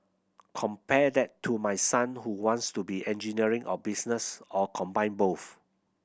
compare that to my son who wants to do engineering or business or combine both